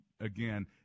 again